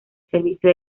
servicio